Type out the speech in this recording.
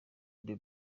the